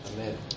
Amen